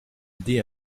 dit